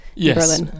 Yes